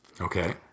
Okay